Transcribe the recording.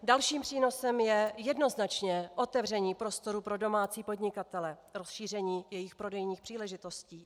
Dalším přínosem je jednoznačně otevření prostoru pro domácí podnikatele, rozšíření jejich prodejních příležitostí.